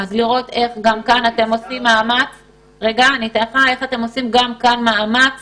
לראות איך אתם עושים מאמץ